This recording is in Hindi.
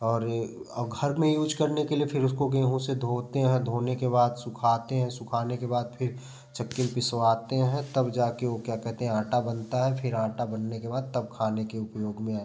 और और घर में यूज करने के लिए फिर उसको गेहूँ से धोते हैं धोने के बाद सुखाते हैं सुखाने के बाद फिर चक्की में पिसवाते हैं तब जाके वो क्या कहते हैं आटा बनता है फिर आटा बनने के बाद तब खाने के उपयोग में